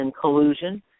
collusion